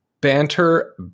Banter